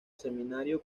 seminario